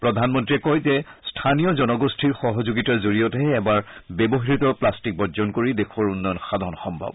প্ৰধানমন্ত্ৰীয়ে কয় যে স্থানীয় জনগোষ্ঠীৰ সহযোগিতাৰ জৰিয়তেহে এবাৰ ব্যৱহাত প্লাট্টিক বৰ্জন কৰি দেশৰ উন্নয়ন সাধন সম্ভব